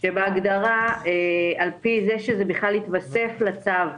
שבהגדרה לפי זה שזה בכלל יתוסף לצו,